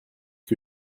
que